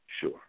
sure